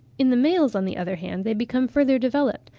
in the males, on the other hand, they become further developed,